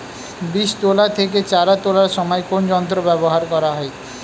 বীজ তোলা থেকে চারা তোলার সময় কোন যন্ত্র ব্যবহার করা হয়?